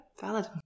valid